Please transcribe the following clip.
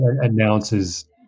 announces